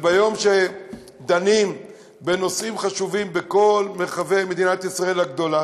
וביום שדנים בנושאים חשובים בכל מרחבי מדינת ישראל הגדולה,